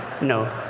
no